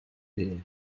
here